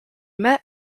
met